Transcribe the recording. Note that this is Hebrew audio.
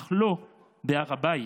אך לא בהר הבית,